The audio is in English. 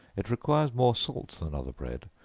it requires more salt than other bread,